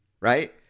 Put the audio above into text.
Right